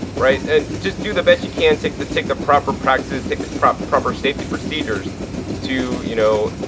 right. and just do the best you can, take the take the proper practices, take the proper proper safety procedures to, you know,